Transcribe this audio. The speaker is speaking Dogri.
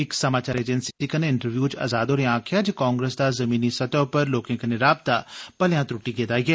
इक समाचार एजेंसी कन्नै इंटर्व्यु च आजाद होरें आखेआ जे कांग्रेस दा जमीनी स्तर उप्पर लोकें कन्नै राबता भलेआं त्रुट्टी गेदा ऐ